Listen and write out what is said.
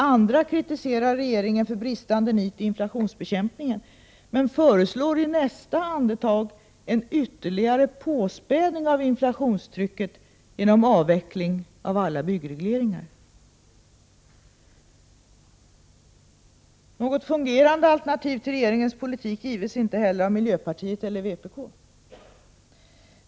Andra kritiserar regeringen för bristande nit i inflationsbekämpningen, men föreslår i nästa andetag en ytterligare påspädning av inflationstrycket genom avveckling av alla byggregleringar. Något fungerande alternativ till regeringens politik gives inte heller av miljöpartiet eller vpk.